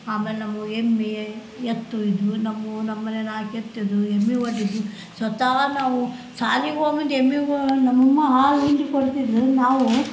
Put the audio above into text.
ಆಮೇಲೆ ನಾವು ಎಮ್ಮೆ ಎತ್ತು ಇದ್ದವು ನಮ್ಮ ನಮ್ಮ ಮನೆಲಿ ನಾಲ್ಕು ಎತ್ತು ಇದ್ದವು ಎಮ್ಮೆ ಒಂದಿದ್ದವು ಸ್ವತಃ ನಾವು ಶಾಲಿಗ್ ಹೋಗ್ಬಿಟ್ ಎಮ್ಮಿಗೋಳು ನಮ್ಮಮ್ಮ ಹಾಲು ಹಿಂಡಿ ಕೊಡ್ತಿದ್ದರು ನಾವು